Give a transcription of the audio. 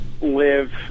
live